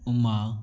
Uma